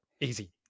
Easy